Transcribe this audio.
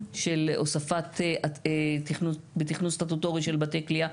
של הוספה בתכנון סטטוטורי של בתי כליאה,